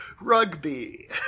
Rugby